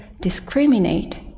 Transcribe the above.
discriminate